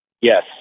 Yes